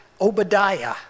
Obadiah